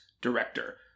director